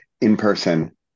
in-person